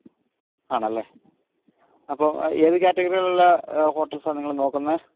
ആണല്ലേ അപ്പോള് ഏത് കാറ്റഗറിയിലുള്ള ഹോട്ടൽസാണു നിങ്ങള് നോക്കുന്നത്